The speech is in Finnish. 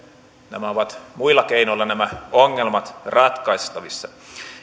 nämä ongelmat ovat muilla keinoilla ratkaistavissa